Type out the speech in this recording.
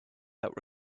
that